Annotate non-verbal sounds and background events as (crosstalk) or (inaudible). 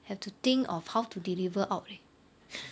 have to think of how to deliver out leh (laughs)